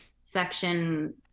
section